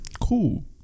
Cool